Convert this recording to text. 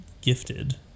gifted